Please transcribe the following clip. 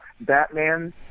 Batman